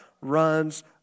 runs